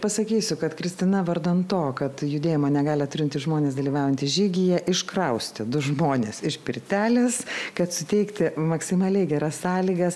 pasakysiu kad kristina vardan to kad judėjimo negalią turintys žmonės dalyvaujantys žygyje iškraustė du žmones iš pirtelės kad suteikti maksimaliai geras sąlygas